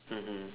mmhmm